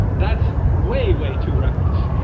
that's way, way too reckless.